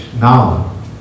now